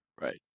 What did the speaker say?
right